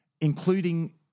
including